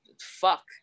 fuck